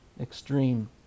extreme